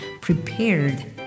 prepared